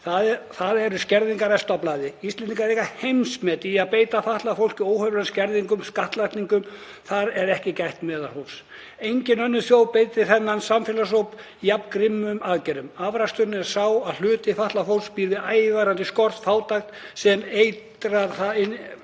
þar eru skerðingar efstar á blaði. Íslendingar eiga heimsmet í að beita fatlað fólk óhóflegum skerðingum og skattlagningum, þar er ekki gætt meðalhófs. Engin önnur þjóð beitir þennan samfélagshóp jafn grimmilegum aðgerðum. Afraksturinn er sá að hluti fatlaðs fólks býr við ævarandi skort, fátækt sem eltir það inn